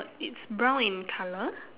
uh it's brown in colour